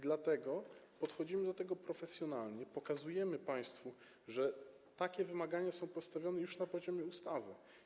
Dlatego podchodzimy do tego profesjonalnie, pokazujemy państwu, że takie wymagania są postawione już na poziomie ustawy.